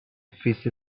fish